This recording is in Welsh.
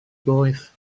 boeth